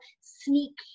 sneak